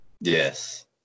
yes